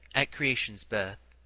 at creation's birth,